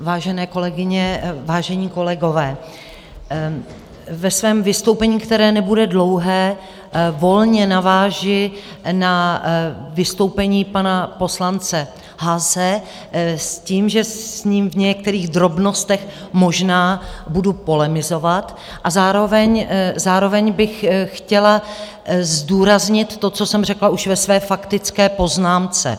Vážené kolegyně, vážení kolegové, ve svém vystoupení, které nebude dlouhé, volně navážu na vystoupení pana poslance Haase s tím, že s ním v některých drobnostech možná budu polemizovat, a zároveň bych chtěla zdůraznit to, co jsem řekla už ve své faktické poznámce.